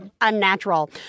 unnatural